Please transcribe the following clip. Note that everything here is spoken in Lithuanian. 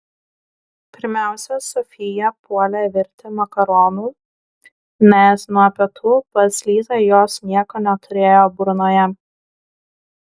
pirmiausia sofija puolė virti makaronų nes nuo pietų pas lizą jos nieko neturėjo burnoje